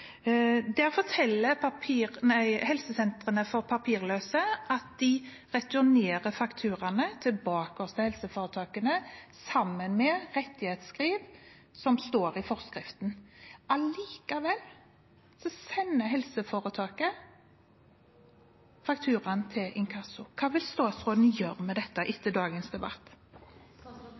Der forteller Helsesenteret for papirløse at de returnerer fakturaene til helseforetakene sammen med rettighetsskriv som står i forskriften. Allikevel sender helseforetaket fakturaen til inkasso. Hva vil statsråden gjøre med dette etter dagens debatt?